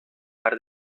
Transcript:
par